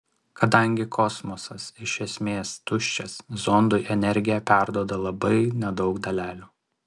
kadangi kosmosas iš esmės tuščias zondui energiją perduoda labai nedaug dalelių